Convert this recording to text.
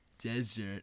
Desert